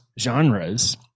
genres